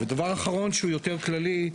ודבר אחרון שהוא יותר כללי,